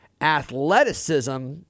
athleticism